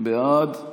בעד.